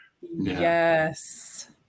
Yes